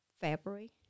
February